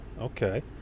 okay